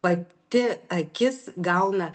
pati akis gauna